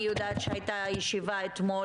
אני יודעת שהייתה אתמול,